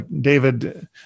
David